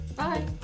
bye